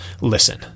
listen